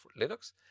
Linux